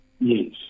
Yes